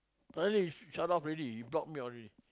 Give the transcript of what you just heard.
finally he shut off already he block me all already